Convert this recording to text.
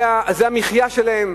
זה המחיה שלהם,